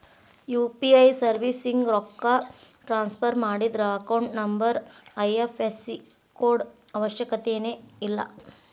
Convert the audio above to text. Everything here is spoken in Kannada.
ಯು.ಪಿ.ಐ ಸರ್ವಿಸ್ಯಿಂದ ರೊಕ್ಕ ಟ್ರಾನ್ಸ್ಫರ್ ಮಾಡಿದ್ರ ಅಕೌಂಟ್ ನಂಬರ್ ಐ.ಎಫ್.ಎಸ್.ಸಿ ಕೋಡ್ ಅವಶ್ಯಕತೆನ ಇಲ್ಲ